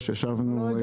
ישבנו לישיבת ביניים.